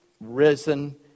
risen